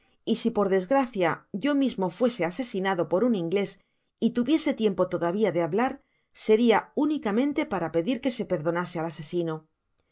y si por desgracia yo mismo fuese asesinado por un inglés y tuviese tiempo todavía de hablar seria únicamente para pedir que se perdonase al asesino